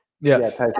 yes